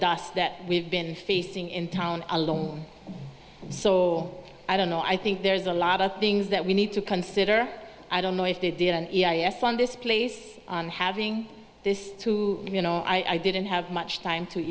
dust that we've been feasting in town alone so i don't know i think there's a lot of things that we need to consider i don't know if they didn't fund this place on having this you know i didn't have much time to